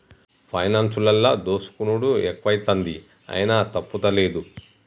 పైనాన్సులల్ల దోసుకునుడు ఎక్కువైతంది, అయినా తప్పుతలేదు